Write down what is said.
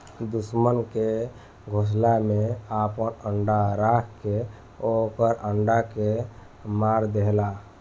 दुश्मन के घोसला में आपन अंडा राख के ओकर अंडा के मार देहलखा